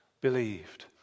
believed